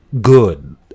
good